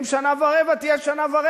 לכן, אדוני